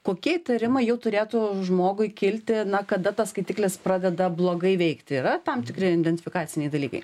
kokie įtarimai jau turėtų žmogui kilti na kada tas skaitiklis pradeda blogai veikti yra tam tikri indentifikaciniai dalykai